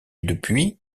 depuis